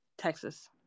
Texas